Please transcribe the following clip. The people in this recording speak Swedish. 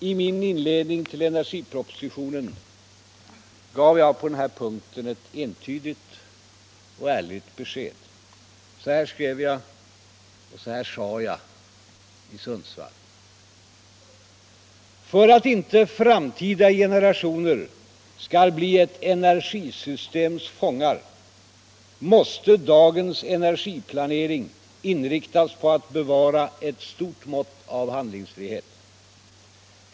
I min inledning till energipropositionen gav jag på den här punkten ett entydigt och ärligt besked. Så här skrev jag och så här sade jag i Sundsvall: ”För att inte framtida generationer skall bli ett energisystems fångar måste dagens energiplanering inriktas på att bevara ett stort mått av handlingsfrihet.